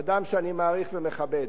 אדם שאני מעריך ומכבד,